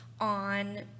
on